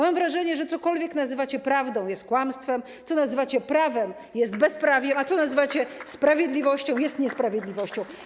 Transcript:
Mam wrażenie, że cokolwiek nazywacie prawdą, jest kłamstwem, co nazywacie prawem, jest bezprawiem, a co nazywacie sprawiedliwością, jest niesprawiedliwością.